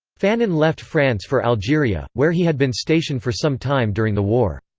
fanon left france for algeria, where he had been stationed for some time during the war.